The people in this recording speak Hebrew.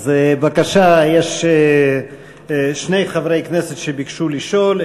אז בבקשה, יש שני חברי כנסת שביקשו לשאול.